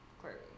clearly